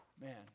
man